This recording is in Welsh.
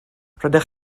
rydych